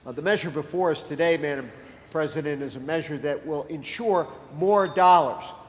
the measure before us today, madam president, is a measure that will ensure more dollars,